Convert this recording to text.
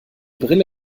brille